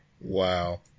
Wow